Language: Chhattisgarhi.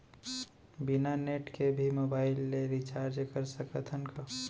बिना नेट के भी मोबाइल ले रिचार्ज कर सकत हन का?